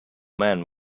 man